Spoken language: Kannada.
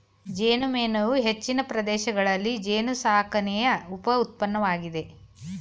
ಜೇನುಮೇಣವು ಹೆಚ್ಚಿನ ಪ್ರದೇಶಗಳಲ್ಲಿ ಜೇನುಸಾಕಣೆಯ ಉಪ ಉತ್ಪನ್ನವಾಗಿದೆ